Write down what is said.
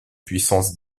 puissance